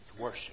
worship